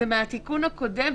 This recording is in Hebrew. זה מהתיקון הקודם,